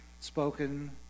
spoken